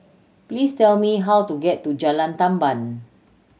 please tell me how to get to Jalan Tamban